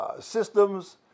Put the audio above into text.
systems